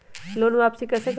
Loan वापसी कैसे करबी?